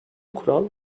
kural